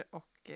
och